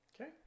Okay